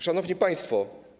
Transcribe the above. Szanowni Państwo!